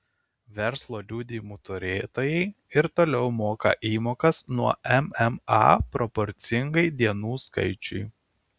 verslo liudijimų turėtojai ir toliau moka įmokas nuo mma proporcingai dienų skaičiui